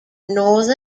north